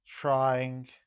trying